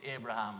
Abraham